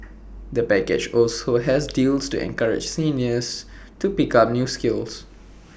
the package also has deals to encourage seniors to pick up new skills